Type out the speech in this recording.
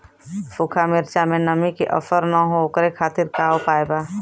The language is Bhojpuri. सूखा मिर्चा में नमी के असर न हो ओकरे खातीर का उपाय बा?